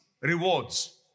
rewards